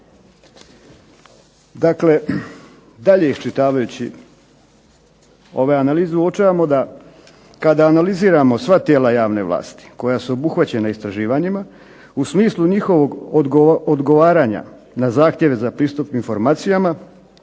Dakle, dalje iščitavajući ove analize uočavamo da kada analiziramo sva tijela javne vlasti koja su obuhvaćena istraživanjima u smislu njihovog odgovaranja na zahtjev za pristup informacijama,